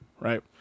Right